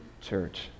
church